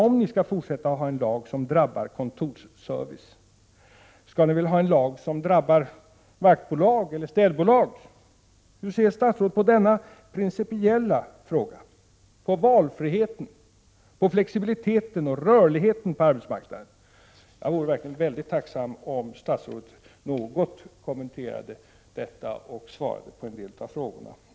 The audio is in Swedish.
Om ni skall fortsätta att ha en lag som drabbar enbart kontorsservice skall ni väl ha en lag som drabbar vaktbolag och städbolag också. Hur ser statsrådet på denna principiella fråga, på valfriheten, på flexibiliteten och rörligheten på arbetsmarknaden? Jag vore verkligen väldigt tacksam om statsrådet något kommenterade dessa frågor, svarade på en del av dem.